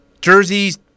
Jerseys